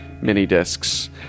mini-discs